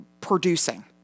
producing